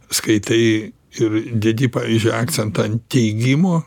skaitai ir dedi pavyzdžiui akcentą ant teigimo